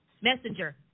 messenger